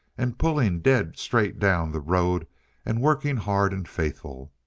and pulling dead straight down the road and working hard and faithful.